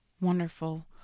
Wonderful